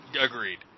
agreed